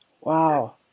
Wow